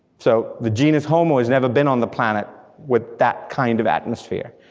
so the genus homo has never been on the planet with that kind of atmosphere.